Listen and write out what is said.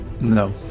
No